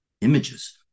images